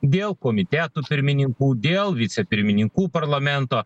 dėl komitetų pirmininkų dėl vicepirmininkų parlamento